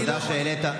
תודה שהעלית.